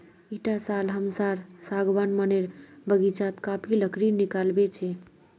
इटा साल हमसार सागवान मनेर बगीचात काफी लकड़ी निकलिबे छे